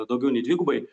daugiau nei dvigubai